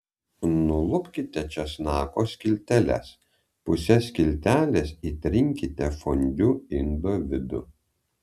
nulupkite česnako skilteles puse skiltelės įtrinkite fondiu indo vidų